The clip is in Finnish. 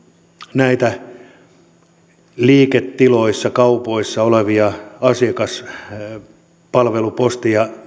näitä liiketiloissa kaupoissa olevia asiakaspalveluposteja